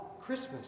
Christmas